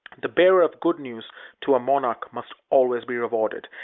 the bearer of good news to a monarch must always be rewarded,